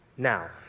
Now